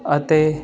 ਅਤੇ